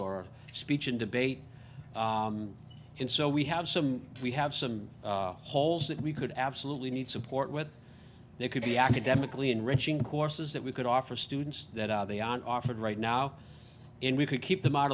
or speech and debate and so we have some we have some holes that we could absolutely need support whether they could be academically enriching courses that we could offer students that they aren't offered right now oh and we could keep them out